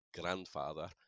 grandfather